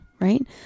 right